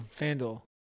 FanDuel